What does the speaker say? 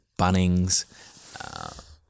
Bunnings